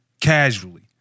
casually